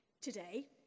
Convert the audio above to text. Today